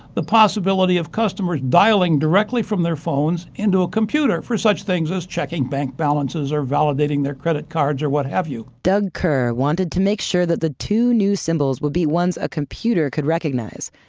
the possibility of customers dialing directly from their phones into a computer for such things as checking bank balances or validating their credit cards, or what have you. doug kerr wanted to make sure that the two new symbols would be one a computer could recognize.